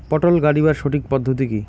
পটল গারিবার সঠিক পদ্ধতি কি?